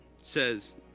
says